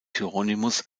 hieronymus